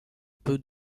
peu